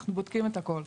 אנחנו בודקים את הכול.